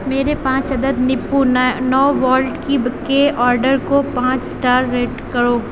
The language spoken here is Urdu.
میرے پانچ عدد نپو نو وولٹ کی کے آرڈر کو پانچ سٹار ریٹ کرو